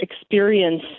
experience